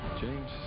James